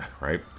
right